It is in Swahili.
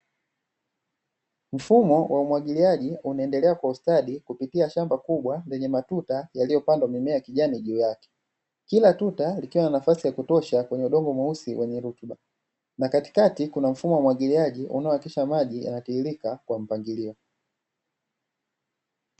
Mfumo wa umwagiliaji unaendelea kwa ustadi kupitia shamba kubwa lenye matuta yaliyo pandwa mimea kijani juu yake, kila tuta likiwa na nafasi ya kutosha kwenye udongo mweusi wenye rutuba, na katikati kuna mfumo wa umwagiliaji unao hakikisha maji yana tiririka kwa mpangilio.